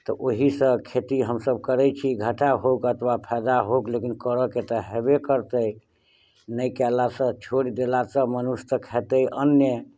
तऽ ओहीसँ खेती हमसभ करैत छी घाटा होउक अथवा फायदा होउक लेकिन करयके तऽ हेबे करतै नहि कयलासँ छोड़ि देलासँ मनुष्य तऽ खेतै अन्ने